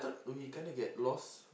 thought we kind of get lost